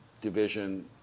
division